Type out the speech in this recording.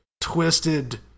twisted